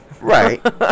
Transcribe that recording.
right